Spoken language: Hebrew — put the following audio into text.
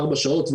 ארבע שעות.